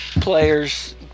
players